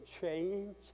change